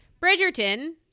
Bridgerton